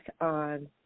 on